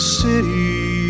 city